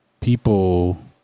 People